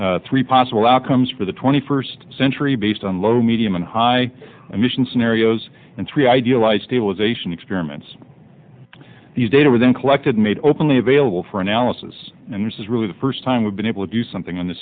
forcings three possible outcomes for the twenty first century based on low medium and high emission scenarios and three idealized stabilization experiments these data are then collected made openly available for analysis and this is really the first time we've been able to do something on the